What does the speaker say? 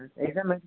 exam எழுதி